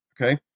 Okay